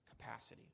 capacity